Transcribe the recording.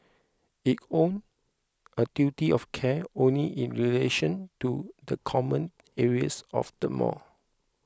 it owed a duty of care only in relation to the common areas of the mall